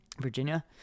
virginia